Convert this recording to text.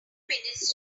minutes